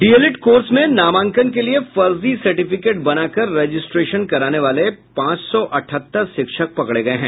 DElEd course में नामांकन के लिये फर्जी सर्टिफिकेट बनाकर रजिस्ट्रेशन कराने वाले पांच सौ अठहत्तर शिक्षक पकड़े गये हैं